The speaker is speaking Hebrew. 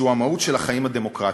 שהוא המהות של החיים הדמוקרטיים.